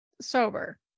sober